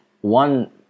one